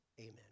amen